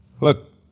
Look